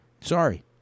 Sorry